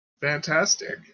fantastic